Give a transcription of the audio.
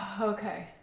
okay